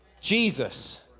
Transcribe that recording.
Jesus